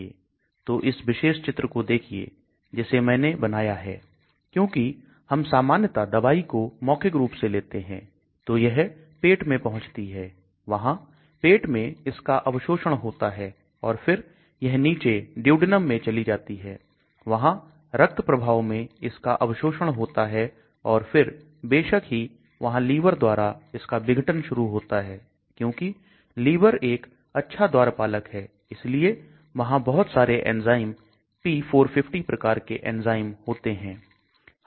तो इस विशेष चित्र को देखिए जिसे मैंने बनाया है क्योंकि हम सामान्यता दवाई को मौखिक रूप से लेते हैं तो यह पेट में पहुंचती है वहां पेट में इसका अवशोषण होता है और फिर यह नीचे Duodenum में चला जाता है वहां रक्त प्रभाव में इसका अवशोषण होता है और फिर बेशक ही वहां लीवर द्वारा इसका विघटन शुरू होता है क्योंकि लीवर एक अच्छा द्वारपालक है इसलिए वहां बहुत सारे एंजाइम p450 प्रकार के एंजाइम होते हैं